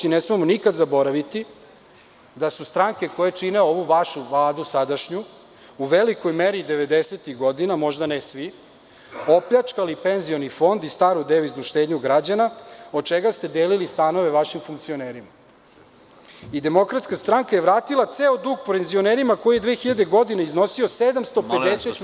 Ne smemo nikad zaboraviti da su stranke koje čine ovu vašu sadašnju Vladu u velikoj meri 90-ih godina, možda ne svi, opljačkali penzioni fond i staru deviznu štednju građana, od čega ste delili stanove vašim funkcionerima i DS je vratila ceo dug penzionerima koji je 2000. godine iznosio 750.000.000